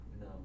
No